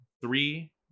three